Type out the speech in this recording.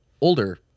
older